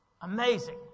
amazing